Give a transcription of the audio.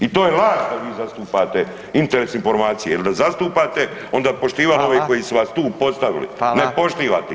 I to je laž da vi zastupate interes i informacije jer da zastupate, onda bi poštovali ove koji su vas tu postavili, ne poštivate ih.